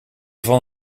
van